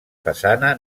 façana